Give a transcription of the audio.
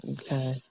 Okay